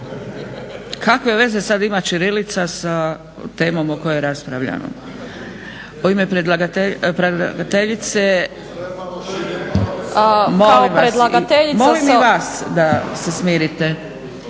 Kakve veze sad ima ćirilica sa temom o kojoj raspravljamo? U ime predlagateljice… … /Upadica se ne razumije./ … Molim vas da se smirite.